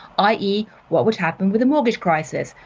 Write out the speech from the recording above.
i. e. what would happen with a mortgage crisis,